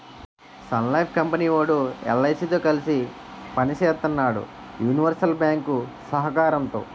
Sun Life company వోడు LIC తో కలిసి పని సేత్తన్నాడు యూనివర్సల్ బ్యేంకు సహకారంతో